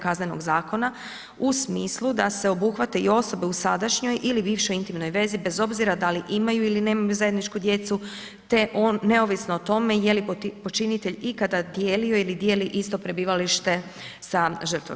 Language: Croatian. Kaznenog zakona u smislu da se obuhvate i osobe u sadašnjoj ili bivšoj intimnoj vezi bez obzira da li imaju ili nemaju zajedničku djecu, te on neovisno o tome je li počinitelj ikada dijelio ili dijeli isto prebivalište sa žrtvom.